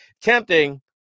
tempting